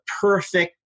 perfect